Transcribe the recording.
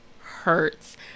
hurts